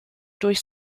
durch